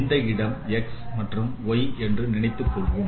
இந்த இடம் x மற்றும் y என்று நினைத்துக் கொள்வோம்